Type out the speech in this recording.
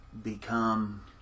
become